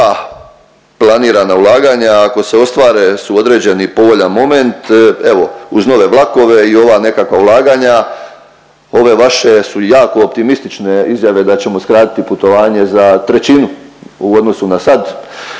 ova planirana ulaganja ako se ostvare su određeni povoljan moment. Evo uz nove vlakove i ova nekakva ulaganja, ove vaše su jako optimistične izjave da ćemo skratiti putovanje za trećinu u odnosu na sad.